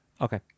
okay